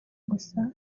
gusa